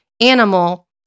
animal